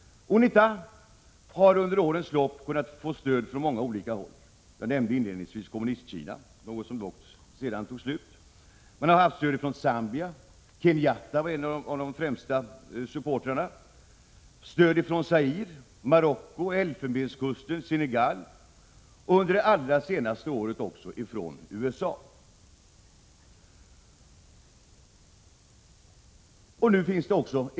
UNITA har under årens lopp kunnat få stöd från många olika håll. Jag nämnde inledningsvis Kommunistkina, vars stöd dock upphörde. Man har fått stöd från Zambia, från Kenyatta, var en av de främsta supportrarna, från Zaire, Marocko, Elfenbenskusten och Senegal. Under de allra senaste åren har man också fått stöd från USA.